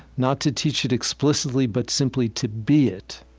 not to teach it explicitly, but simply to be it,